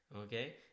Okay